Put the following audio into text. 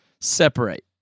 separate